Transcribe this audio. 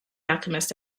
alchemist